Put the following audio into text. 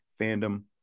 fandom